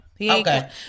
Okay